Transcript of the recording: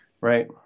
Right